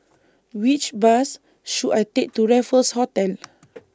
Which Bus should I Take to Raffles Hotel